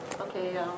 Okay